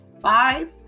five